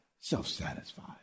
Self-satisfied